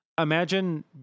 imagine